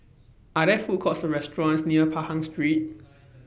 Are There Food Courts Or restaurants near Pahang Street